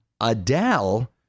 Adele